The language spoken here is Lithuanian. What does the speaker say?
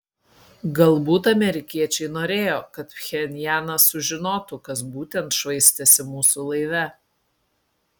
galbūt amerikiečiai norėjo kad pchenjanas sužinotų kas būtent švaistėsi mūsų laive